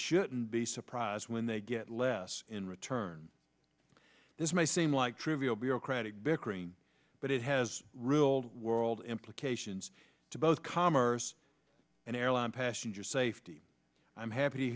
shouldn't be surprised when they get less in return this may seem like trivial bureaucratic bickering but it has ruled world implications to both commerce and airline passenger safety i'm happy